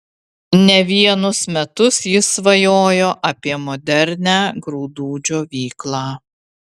ne vienus metus jis svajojo apie modernią grūdų džiovyklą